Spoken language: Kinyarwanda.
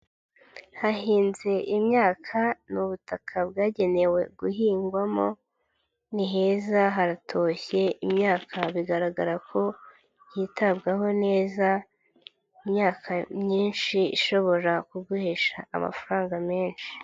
Hahinze imyaka ni ubutaka bwagenewe guhingwamo, ni heza haratoshye imyaka bigaragara ko yitabwaho neza, imyaka myinshi ishobora kuguhesha amafaranga menshi.